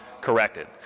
corrected